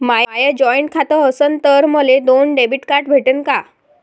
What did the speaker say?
माय joint खातं असन तर मले दोन डेबिट कार्ड भेटन का?